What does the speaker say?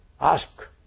ask